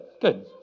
good